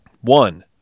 One